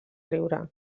riure